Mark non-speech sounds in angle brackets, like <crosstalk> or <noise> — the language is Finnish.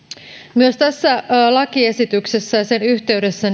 myös tässä lakiesityksessä ja sen yhteydessä <unintelligible>